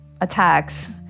attacks